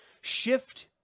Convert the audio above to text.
shift